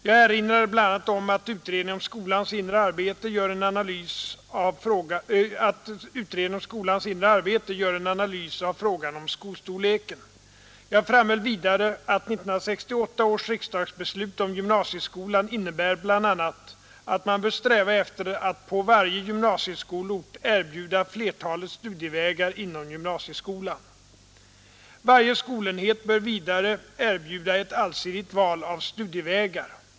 Jag erinrade bl.a. om att utredningen om skolans inre arbete gör en analys av frågan om skolstorleken. Jag framhöll vidare att 1968 års riksdagsbeslut om gymnasieskolan innebär bl.a. att man bör sträva efter att på varje gymnasieskolort erbjuda flertalet studievägar inom gymnasieskolan. Varje skolenhet bör vidare erbjuda ett allsidigt val av studievägar.